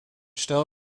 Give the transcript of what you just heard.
still